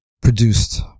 produced